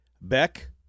Beck